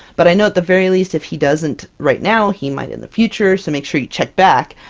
but i know at the very least, if he doesn't right now he might in the future! so make sure you check back,